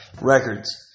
records